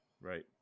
Right